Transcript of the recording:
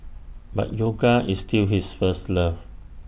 but yoga is still his first love